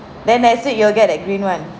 then I said you'll get that green one